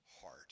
heart